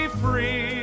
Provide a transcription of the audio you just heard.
free